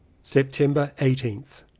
september eighteenth.